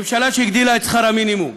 ממשלה שהגדילה את שכר המינימום.